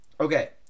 Okay